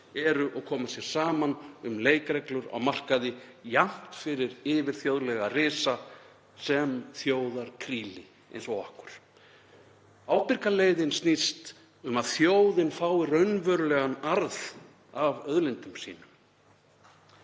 eru og koma sér saman um leikreglur á markaði jafnt fyrir yfirþjóðlega risa sem þjóðarkríli eins og okkur. Ábyrga leiðin snýst um að þjóðin fái raunverulegan arð af auðlindum sínum.